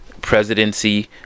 presidency